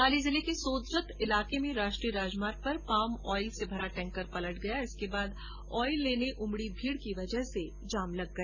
पाली जिले के सोजत इलाके में राष्ट्रीय राजमार्ग पर पामऑयल से भरा टैंकर पलट गया इसके बाद ऑयल लेने उमड़ी भीड़ की वजह से जाम लग गया